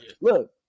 look